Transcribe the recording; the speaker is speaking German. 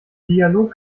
dialog